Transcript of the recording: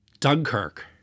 dunkirk